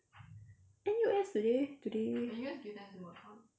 N_U_S do they do they